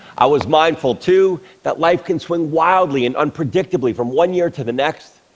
i was mindful, too, that life can swing wildly and unpredictably from one year to the next,